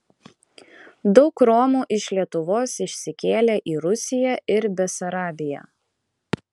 daug romų iš lietuvos išsikėlė į rusiją ir besarabiją